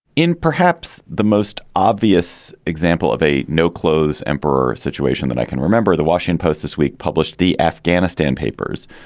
in perhaps the most obvious example of a no clothes emperor situation that i can remember, the washington post this week published the afghanistan papers,